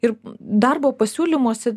ir darbo pasiūlymuose